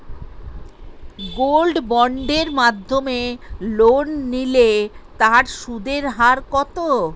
Gold বন্ডের মাধ্যমে loan নিলে তার সুদের হার কত?